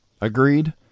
Agreed